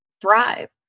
thrive